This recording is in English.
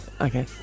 Okay